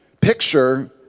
picture